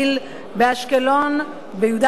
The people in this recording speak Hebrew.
באשקלון וביהודה ושומרון,